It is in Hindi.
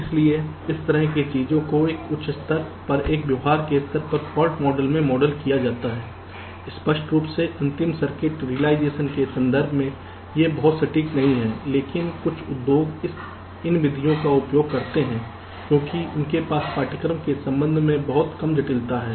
इसलिए इस तरह की चीजों को एक उच्च स्तर पर एक व्यवहार स्तर के फॉल्ट मॉडल में मॉडल किया जाता है स्पष्ट रूप से अंतिम सर्किट रिलाइजेशन के संदर्भ में ये बहुत सटीक नहीं हैं लेकिन कुछ उद्योग इन विधियों का उपयोग करते हैं क्योंकि उनके पास पाठ्यक्रम के संबंध में बहुत कम जटिलता है